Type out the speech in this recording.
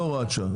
לא הוראת שעה.